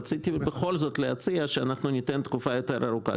רציתי בכל זאת להציע שאנחנו ניתן תקופה יותר ארוכה.